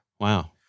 Wow